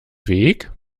weg